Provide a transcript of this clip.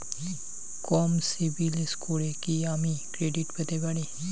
কম সিবিল স্কোরে কি আমি ক্রেডিট পেতে পারি?